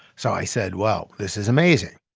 so i said, well, this is amazing